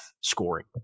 scoring